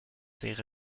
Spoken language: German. wäre